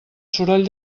soroll